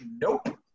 Nope